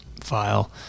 file